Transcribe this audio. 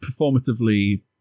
performatively